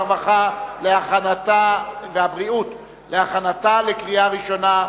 הרווחה והבריאות להכנתה לקריאה ראשונה.